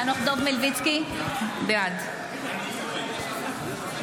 חנוך דב מלביצקי, בעד צגה מלקו, בעד יעקב אשר,